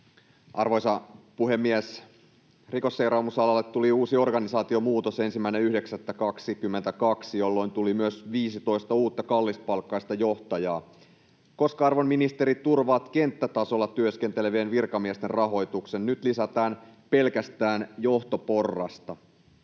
Arvoisa puhemies! Rikosseuraamusalalle tuli uusi organisaatiomuutos 1.9.22, jolloin tuli myös 15 uutta kallispalkkaista johtajaa. Koska, arvon ministeri, turvaatte kenttätasolla työskentelevien virkamiesten rahoituksen? Nyt lisätään pelkästään johtoporrasta.